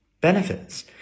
benefits